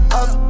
up